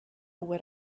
what